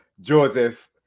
Joseph